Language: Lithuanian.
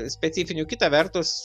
specifinių kita vertus